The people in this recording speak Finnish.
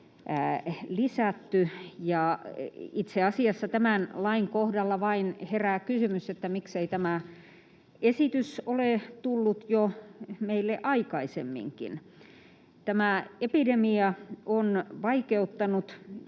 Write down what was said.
lisätty. Itse asiassa tämän lain kohdalla herää vain kysymys, miksei tämä esitys ole tullut meille jo aikaisemminkin. Tämä epidemia on vaikeuttanut